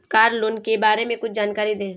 Car loan के बारे में कुछ जानकारी दें?